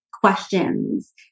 questions